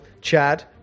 Chad